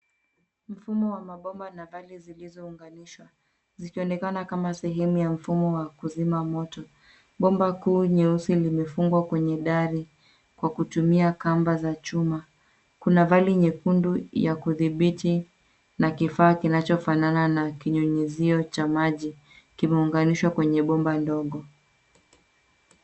Mfumo wa mabomba na vali zilizounganishwa, zikionekana kama sehemu ya mfumo wa kuzima moto. Bomba kuu jeusi limefungwa kwenye dari kwa kutumia kamba za chuma. Kuna vali nyekundu ya kudhibiti na kifaa kinachofanana na kinyunyuzio cha maji kimeunganishwa kwenye bomba ndogo.